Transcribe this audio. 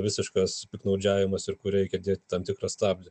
visiškas piktnaudžiavimas ir kur reikia dėt tam tikrą stabdį